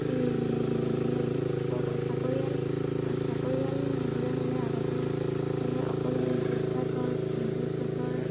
এই যেনে চাকৰিয়াল চাকৰিয়াল হ'বলৈ হ'লে আগতে এই অকল ঘোচ ঘাচৰ ঘোচ ঘাচৰ